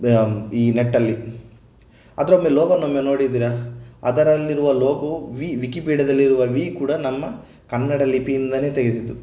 ಈ ನೆಟ್ಟಲ್ಲಿ ಅದರೊಮ್ಮೆ ಲೋಗೋನ್ನೊಮ್ಮೆ ನೋಡಿದೀರ ಅದರಲ್ಲಿರುವ ಲೋಗೋ ವಿ ವಿಕಿಪೀಡಿಯದಲ್ಲಿರುವ ವಿ ಕೂಡ ನಮ್ಮ ಕನ್ನಡ ಲಿಪಿಯಿಂದಲೇ ತೆಗೆದಿದ್ದು